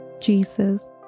Jesus